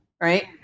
Right